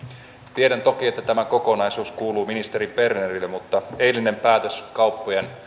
tiedän toki että tämä kokonaisuus kuuluu ministeri bernerille mutta eilinen päätös kauppojen